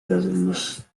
verilmiş